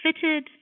fitted